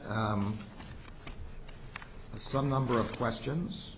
e some number of questions